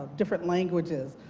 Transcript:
ah different languages,